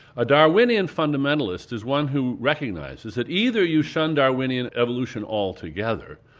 a darwinian fundamentalist is one who recognises that either you shun darwinian evolution altogether,